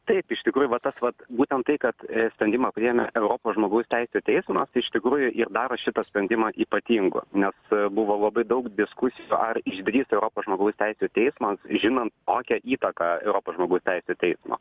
taip iš tikrųjų vat tas vat būtent tai kad sprendimą priėmė europos žmogaus teisių teismas iš tikrųjų ir daro šitą sprendimą ypatingu nes buvo labai daug diskusijų ar išdrįs europos žmogaus teisių teismas žinant kokią įtaką europos žmogaus teisių teismo